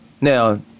Now